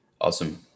Awesome